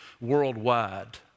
worldwide